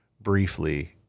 briefly